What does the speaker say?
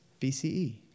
BCE